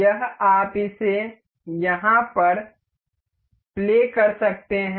यह आप इसे यहाँ पर खेल सकते हैं